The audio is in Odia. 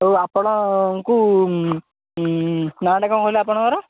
ଆଉ ଆପଣଙ୍କୁ ନାଁ ଟା କଣ କହିଲେ ଆପଣଙ୍କର